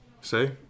say